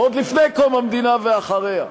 עוד לפני קום המדינה ולאחר מכן,